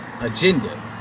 agenda